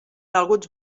alguns